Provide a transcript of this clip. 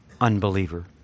unbeliever